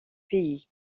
pays